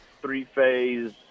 three-phase